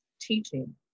teaching